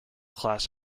class